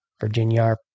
Virginia